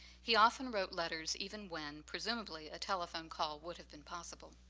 he often wrote letters even when presumably a telephone call would have been possible.